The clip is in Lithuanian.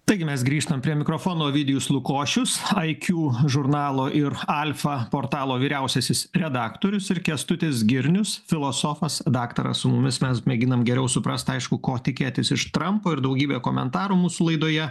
taigi mes grįžtam prie mikrofono ovidijus lukošius iq žurnalo ir alfa portalo vyriausiasis redaktorius ir kęstutis girnius filosofas daktaras su mumis mes mėginam geriau suprast aišku ko tikėtis iš trampo ir daugybė komentarų mūsų laidoje